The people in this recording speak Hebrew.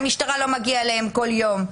המשטרה לא מגיעה אליהם בכל יום.